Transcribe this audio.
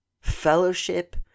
fellowship